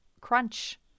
crunch